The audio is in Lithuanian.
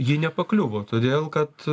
ji nepakliuvo todėl kad